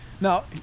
Now